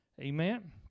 Amen